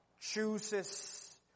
chooses